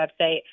website